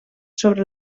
sobre